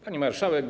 Pani Marszałek!